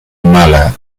mala